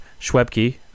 Schwebke